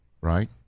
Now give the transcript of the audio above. right